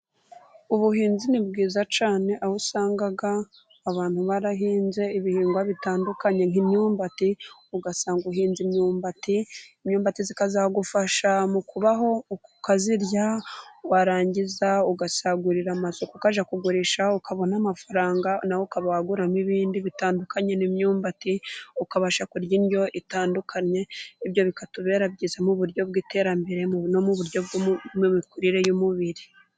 Ubuhinzi ni bwiza cyane ,aho usanga abantu barahinze ibihingwa bitandukanye nk'imyumbati. Ugasanga uhinza imyumbati ,imyumbati ikazagufasha mu kubaho. Ukayirya warangiza ,ugasagurira amasoko ukajya kugurisha ,ukabona amafaranga nawe ukaba waguramo ibindi bitandukanye n'imyumbati, ukabasha kurya indyo itandukanye . Ibyo bikatubera byiza mu buryo bw'iterambere no mu buryo bw'imikurire y'umubiri.